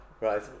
right